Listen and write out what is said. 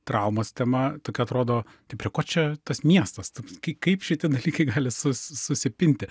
traumos tema tokia atrodo tai prie ko čia tas miestas toks kai kaip šitie dalykai gali su susipinti